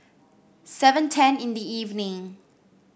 seven ten in the evening